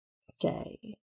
Stay